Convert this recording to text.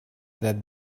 that